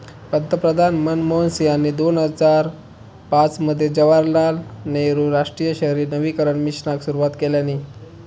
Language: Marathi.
पंतप्रधान मनमोहन सिंहानी दोन हजार पाच मध्ये जवाहरलाल नेहरु राष्ट्रीय शहरी नवीकरण मिशनाक सुरवात केल्यानी